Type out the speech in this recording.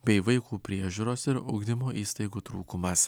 bei vaikų priežiūros ir ugdymo įstaigų trūkumas